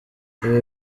ibi